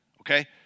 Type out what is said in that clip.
Okay